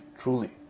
truly